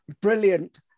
Brilliant